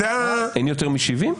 אין יותר מ-70?